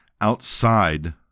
outside